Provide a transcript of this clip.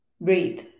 breathe